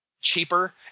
cheaper